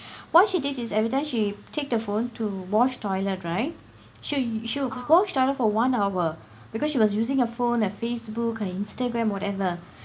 what she did is everytime she take the phone to wash toilet right she would she would wash toilet for one hour because she was using her phone her Facebook her Instagram whatever